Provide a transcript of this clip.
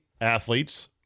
athletes